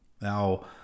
Now